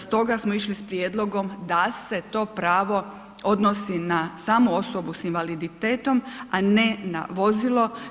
Stoga smo išli sa prijedlogom da se to pravo odnosi na samu osobu sa invaliditetom a ne na vozilo.